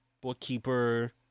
bookkeeper